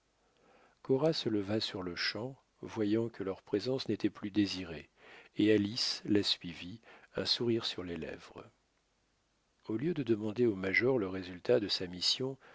cora se leva sur-le-champ voyant que leur présence n'était plus désirée et alice la suivit un sourire sur les lèvres au lieu de demander au major le résultat de sa mission